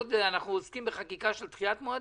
היות שאנחנו עוסקים בחקיקה של דחיית מועדים,